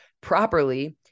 properly